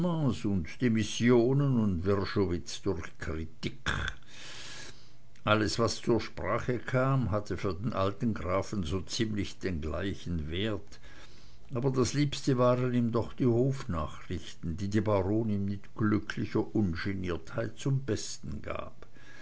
und demissionen und wrschowitz durch krittikk alles was zur sprache kam hatte für den alten grafen so ziemlich den gleichen wert aber das liebste waren ihm doch die hofnachrichten die die baronin mit glücklicher ungeniertheit zum besten gab